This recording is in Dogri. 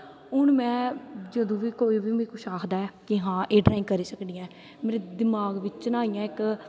हून में जदूं बी कोई बी मिगी कुछ बी आखदा ऐ कि हां एह् ड्राईंग करी सकनी ऐ मेरे दमाक बिच्च ना इ'यां इक